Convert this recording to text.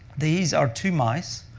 these are two mice,